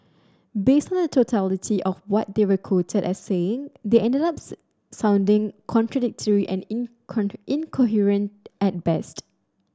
based on the totality of what they were quoted as saying they ended ups sounding contradictory and incoherent at best